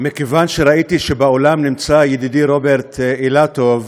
מכיוון שראיתי שבאולם נמצא ידידי רוברט אילטוב,